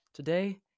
Today